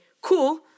cool